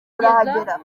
urahagera